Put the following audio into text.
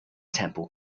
temple